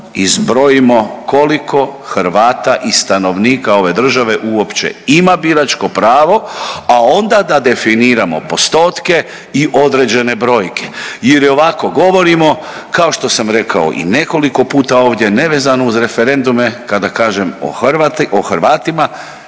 izbrojimo koliko Hrvata i stanovnika ove države uopće ima biračko pravo, a onda da definiramo postotke i određene brojke jer ovako govorimo kao što sam rekao i nekoliko puta ovdje nevezano uz referendume kada kažem o Hrvatima